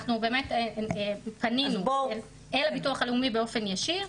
אנחנו באמת פנינו אל הביטוח הלאומי באופן ישיר,